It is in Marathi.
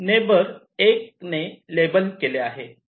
नेबर 1 ने लेबल केले आहे